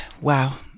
Wow